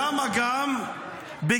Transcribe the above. אתה רואה איך כולם --- לאופוזיציה?